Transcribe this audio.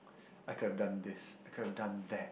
I could have done this I could have done that